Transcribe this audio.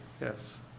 Yes